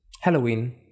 Halloween